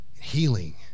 healing